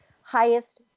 highest